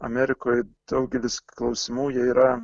amerikoj daugelis klausimų jie yra